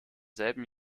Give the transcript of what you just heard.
selben